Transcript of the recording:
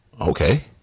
okay